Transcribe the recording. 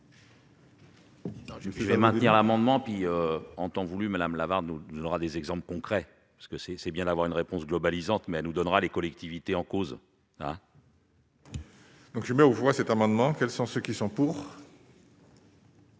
je fait maintenir l'amendement puis en temps voulu Madame Lavarde nous donnera des exemples concrets, parce que c'est, c'est bien d'avoir une réponse globalisante mais nous donnera les collectivités en cause. Donc je mets aux voix cet amendement, quels sont ceux qui sont pour.